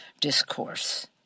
discourse